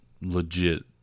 legit